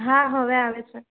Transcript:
હાં હવે આવે છે